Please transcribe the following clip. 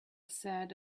said